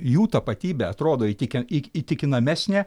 jų tapatybė atrodo įtiki įtikinamesnė